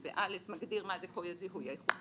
שב-(א) מגדיר מה זה קוד זיהוי הייחודי,